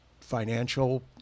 financial